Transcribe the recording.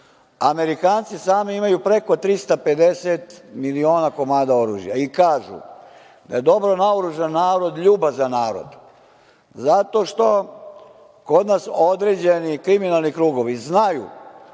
Amerikanci sami imaju preko 350 miliona komada oružja i kažu da je dobro naoružan narod ljubazan narod, zato što kod nas određeni kriminalni krugovi znaju